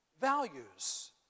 values